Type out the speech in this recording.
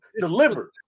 delivered